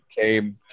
came